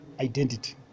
identity